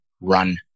run